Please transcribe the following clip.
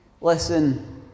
listen